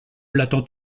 l’attends